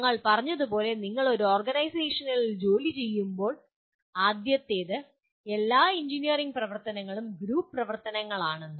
ഞങ്ങൾ പറഞ്ഞതുപോലെ നിങ്ങൾ ഒരു ഓർഗനൈസേഷനിൽ ജോലിചെയ്യുമ്പോൾ ആദ്യത്തെത് എല്ലാ എഞ്ചിനീയറിംഗ് പ്രവർത്തനങ്ങളും ഗ്രൂപ്പ് പ്രവർത്തനങ്ങളാണെന്ന്